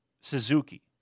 Suzuki